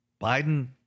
Biden